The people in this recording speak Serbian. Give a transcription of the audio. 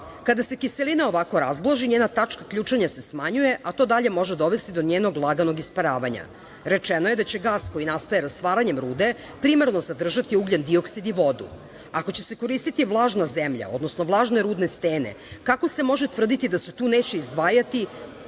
Kada se kiselina ovako razblaži, njena tačka ključanja se smanjuje, a to dalje može dovesti do njenog laganog isparavanja. Rečeno je da će gas koji nastaje rastvaranjem rude primarno sadržati ugljen-dioksid i vodu. Ako će se koristiti vlažna zemlja, odnosno vlažne rudne stene, kako se može tvrditi da se tu neće izdvajati